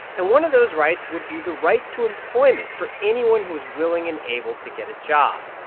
and one of those rights would be the right to employment for anyone who was willing and able to get a job.